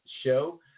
show